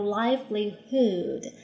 livelihood